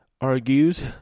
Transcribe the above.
argues